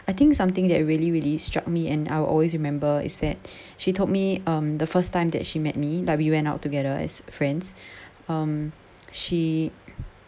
I think something that really really struck me and I will always remember is that she told me um the first time that she met me like we went out together as friends um she